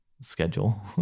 schedule